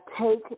take